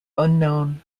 unknown